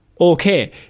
Okay